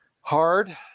hard